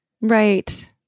Right